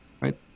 right